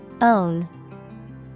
Own